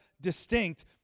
distinct